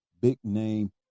big-name